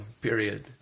period